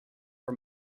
for